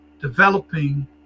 developing